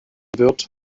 wird